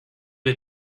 wir